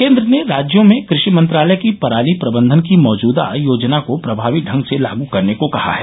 केन्द्र ने राज्यों में कृषि मंत्रालय की पराली प्रबंधन की मौजूदा योजना को प्रभावी ढंग से लागू करने को कहा है